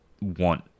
want